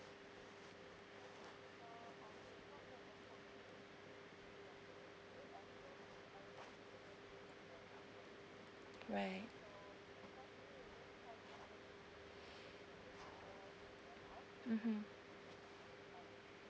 right mmhmm